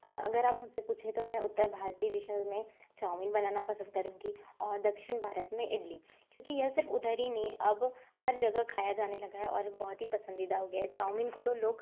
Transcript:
अगर आप मुझसे पूछे तो मैं उत्तर भारतीय डिशेज़ में चाउमीन बनाना पसंद करूंगी और दक्षिण भारत में इडली क्योंकि ये सिर्फ उधर ही नहीं अब हर जगह खाया जाने लगा है और बहुत ही पसंदीदा हो गया है चाउमीन को तो लोग